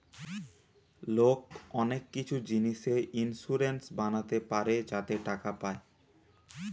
লোক অনেক কিছু জিনিসে ইন্সুরেন্স বানাতে পারে যাতে টাকা পায়